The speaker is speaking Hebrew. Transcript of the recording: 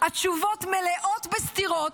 התשובות מלאות בסתירות.